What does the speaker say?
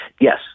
Yes